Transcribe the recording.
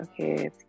okay